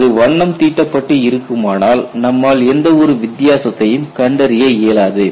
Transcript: அது வண்ணம் தீட்டப்பட்டு இருக்குமானால் நம்மால் எந்த ஒரு வித்தியாசத்தையும் கண்டறிய இயலாது